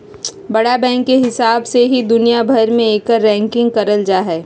बड़ा बैंक के हिसाब से ही दुनिया भर मे एकर रैंकिंग करल जा हय